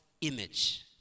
image